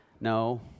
no